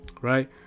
right